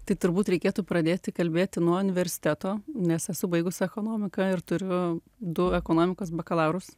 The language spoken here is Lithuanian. tai turbūt reikėtų pradėti kalbėti nuo universiteto nes esu baigusi ekonomiką ir turiu du ekonomikos bakalaurus